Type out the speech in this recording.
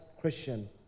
Christian